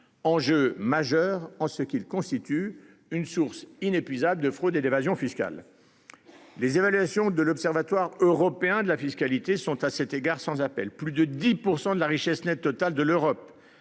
Enjeu majeur en ce qui le constitue une source inépuisable de fraude et d'évasion fiscale. Les évaluations de l'Observatoire européen de la fiscalité sont à cet égard sans appel. Plus de 10% de la richesse nette totale de l'Europe,